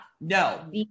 no